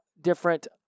different